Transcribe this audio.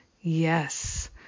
Yes